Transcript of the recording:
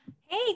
Hey